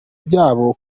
byabo